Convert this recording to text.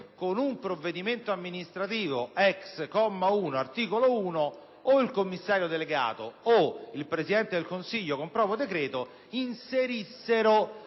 con un provvedimento amministrativo *ex* comma 1 dell'articolo 1, il commissario delegato o il Presidente del Consiglio, con proprio decreto, inserissero